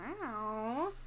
Wow